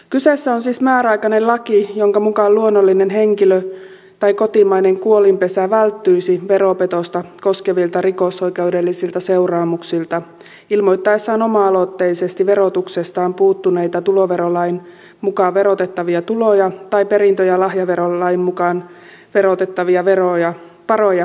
kyseessä on siis määräaikainen laki jonka mukaan luonnollinen henkilö tai kotimainen kuolinpesä välttyisi veropetosta koskevilta rikosoikeudellisilta seuraamuksilta ilmoittaessaan oma aloitteisesti verotuksestaan puuttuneita tuloverolain mukaan verotettavia tuloja tai perintö ja lahjaverolain mukaan verotettavia varoja verohallinnolle